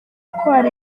hari